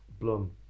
Blum